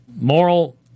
moral